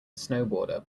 snowboarder